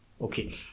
Okay